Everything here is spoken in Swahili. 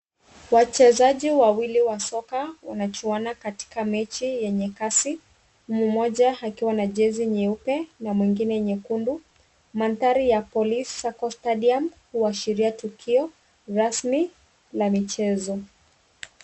Wachezaji wawili wa soka wanachuana katika mechi yenye kasi, mmoja akiwa na jezi nyeupe na mwingine nyekundu. Mandhari ya Police sacco stadium huashiria tukio rasmi la michezo.